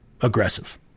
aggressive